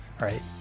Right